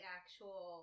actual